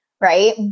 right